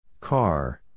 Car